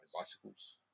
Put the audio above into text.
bicycles